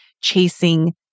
chasing